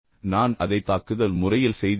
நான் அதை தாக்குதல் முறையில் செய்தேனா